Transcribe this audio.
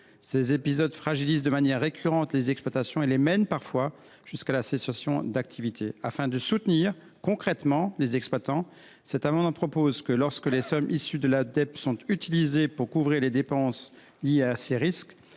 Ces épisodes fragilisent de manière récurrente les exploitations et les mènent parfois jusqu’à la cessation d’activité. Afin de soutenir concrètement les exploitants, nous proposons que lorsque les sommes issues de la DEP sont utilisées pour couvrir les dépenses liées à ces risques,